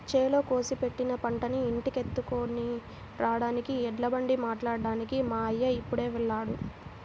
చేలో కోసి పెట్టిన పంటని ఇంటికెత్తుకొని రాడానికి ఎడ్లబండి మాట్లాడ్డానికి మా అయ్య ఇప్పుడే వెళ్ళాడు